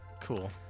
Cool